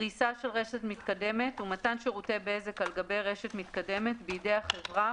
"פריסה של רשת מתקדמת ומתן שירותי בזק על גבי רשת מתקדמת בידי החברה